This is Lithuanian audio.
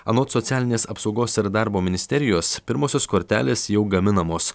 anot socialinės apsaugos ir darbo ministerijos pirmosios kortelės jau gaminamos